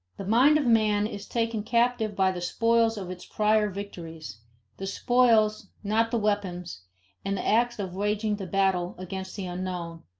the mind of man is taken captive by the spoils of its prior victories the spoils, not the weapons and the acts of waging the battle against the unknown,